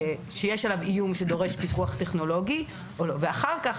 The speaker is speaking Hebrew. שיש עליו איום שדורש פיקוח טכנולוגי או לא ואחר כך